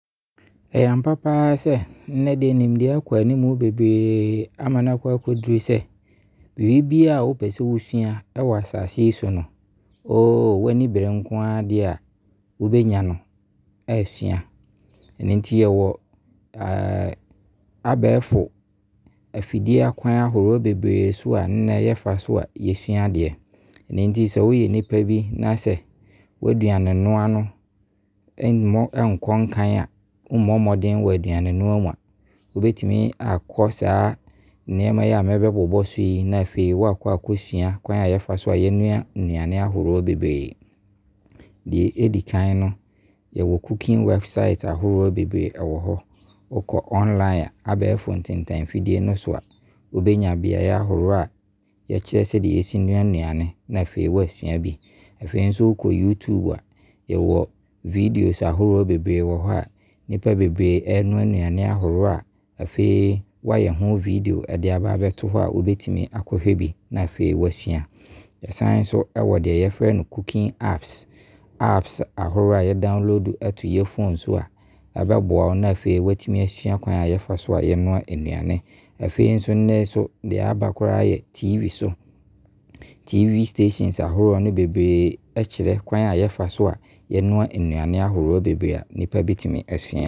Ɛyɛ ampa paa sɛ nnɛ deɛ nimdeɛ akɔ anim bebree ama no akɔduru sɛ biara wo pɛ sɛ wo sua no wɔ asaase yi so no, w'ani bere nkoaa deɛ a wobɛnya asua. Ɛno nti yɛwɔ abɛɛfo afidie akwan ahoroɔ bebree so a, nnɛ yɛfa so a yɛsua adeɛ. Ɛno nti sɛ wo yɛ nipa bi na sɛ w'aduane noa no mmɔ nkɔ nkan a, wo bɛtumi akɔ saa nneɛma yi a me bɛbobɔ so yi na afei wakɔ sua kwan a yɛfa so a yɛnoa nnuane ahoroɔ bebree. Deɛ ɛdi kan no yɛwɔ cooking website ahoroɔ bebree wɔ hɔ. Wo kɔ online abɛɛfo ntentan fidie no so a wo bɛnya biaeɛ ahoroɔ yɛkyerɛ sɛdeɛ yɛsi noa nnuane na afei wɔasua bi. Afei nso wo kɔ Youtube a yɛwɔ videos ahoroɔ bebree wɔ hɔ a nipa bebree ɛnoa nnuane ahoroɔ a afei wayɛ ho video de abɛto hɔ a wɔbɛtumi akɔhwɛ bi na afei wasua. Yɛsane ɛwɔ deɛ yɛfrɛ no cooking apps, Apps ahoroɔ a yɛ download to yɛ phone so a, ɛbɛboa wo na afei wo atumi asua kwan a yɛfa so a yɛnoa nnuane. Afei nso, nnɛ so deɛ aba koraa yɛ tv so, tv stations ahoroɔ no bebree kyerɛ kwan a yɛfa so a yɛnoa nnuane ahoroɔ bebree a nipa bɛtumi asua.